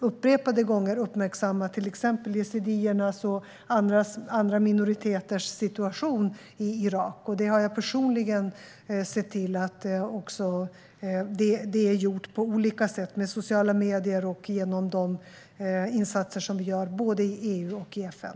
Upprepade gånger har vi uppmärksammat till exempel yazidiernas och andra minoriteters situation i Irak. Jag har personligen sett till att det är gjort på olika sätt via sociala medier och genom de insatser som vi gör både i EU och i FN.